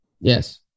Yes